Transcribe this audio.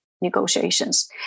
negotiations